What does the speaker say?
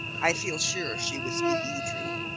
i feel sure she was speaking the truth.